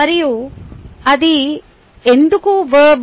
మరియు అది ఎందుకు వర్బ్